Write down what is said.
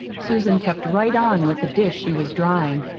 susan kept right on with the dish she was drying.